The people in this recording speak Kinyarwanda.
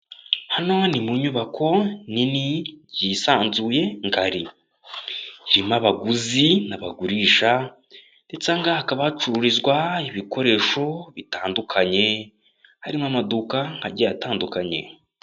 Hano ni mu nyubako nini yisanzuye ngari. Irimo abaguzi n'abagurisha ndetse aha angaha hakaba hacururizwa ibikoresho bitandukanye, harimo amaduka agiye atandukanye.